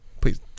please